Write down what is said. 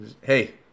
Hey